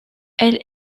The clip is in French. elle